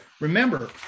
remember